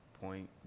point